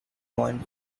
point